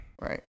Right